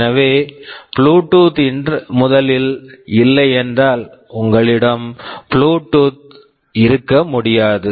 எனவே Bluetooth interface Bluetooth interface முதலில் இல்லை என்றால் உங்களிடம் புளூடூத் Bluetoothஇருக்க முடியாது